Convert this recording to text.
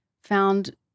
found